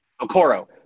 Okoro